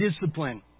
discipline